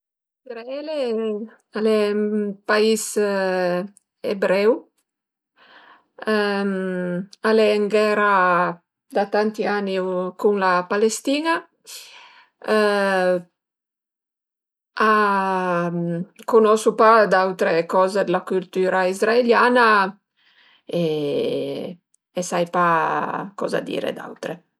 Izraele al e ün pais ebreu, al e ën ghera da tanti u cun la Palestin-a cunosu pa d'autre coze d'la cültüra izraeliana e sai coza dire d'aut